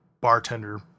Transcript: bartender